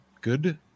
Good